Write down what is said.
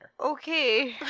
Okay